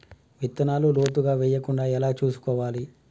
విత్తనాలు లోతుగా వెయ్యకుండా ఎలా చూసుకోవాలి?